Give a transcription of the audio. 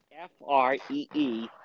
F-R-E-E